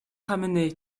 ramenée